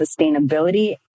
sustainability